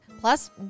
plus